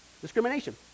discrimination